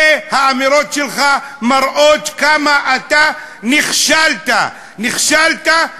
האמירות שלך מראות כמה אתה נכשלת, נכשלת, נכשלת.